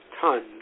tons